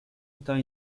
estaba